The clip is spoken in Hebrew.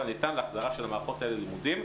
הניתן לחזרה של המערכות האלה ללימודים.